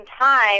time